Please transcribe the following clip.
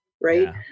right